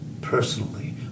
Personally